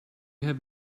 have